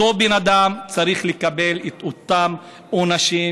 אותו בן אדם צריך לקבל את אותם תנאים.